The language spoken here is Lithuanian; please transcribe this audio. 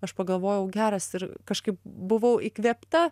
aš pagalvojau geras ir kažkaip buvau įkvėpta